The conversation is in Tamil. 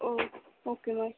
O okay ma'am